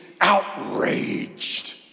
outraged